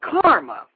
Karma